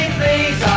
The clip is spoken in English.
please